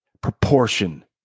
proportion